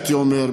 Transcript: הייתי אומר,